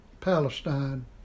Palestine